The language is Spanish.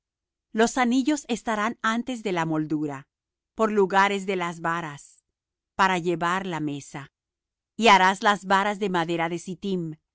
los anillos estarán antes de la moldura por lugares de las varas para llevar la mesa y harás las varas de madera de sittim